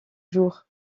jour